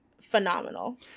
phenomenal